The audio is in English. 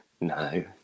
No